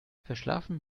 verschlafen